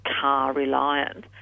car-reliant